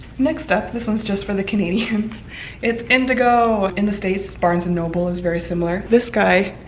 next up, this one's just for the canadians it's indigo! in the states, barnes and noble is very similar. this guy,